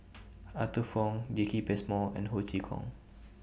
Arthur Fong Jacki Passmore and Ho Chee Kong